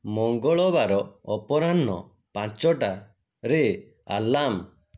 ମଙ୍ଗଳବାର ଅପରାହ୍ନ ପାଞ୍ଚଟାରେ ଆଲାମ୍